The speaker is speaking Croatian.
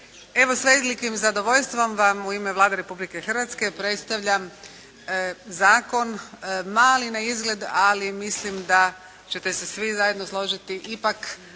Evo s velikim zadovoljstvom vam u ime Vlade Republike Hrvatske predstavljam Zakon, mali na izgled, ali mislim da ćete se svi zajedno složiti